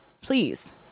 Please